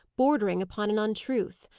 bordering upon an untruth.